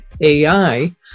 AI